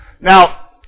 Now